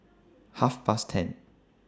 Half Past ten